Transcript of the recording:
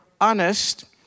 honest